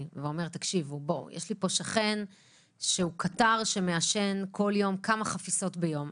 ואומר שיש לו שכן שמעשן כמו קטר כמה חפיסות ביום,